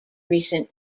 recent